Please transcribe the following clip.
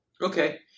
Okay